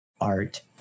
art